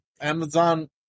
Amazon